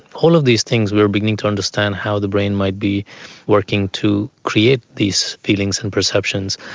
all of these things we are beginning to understand how the brain might be working to create these feelings and perceptions,